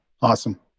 Awesome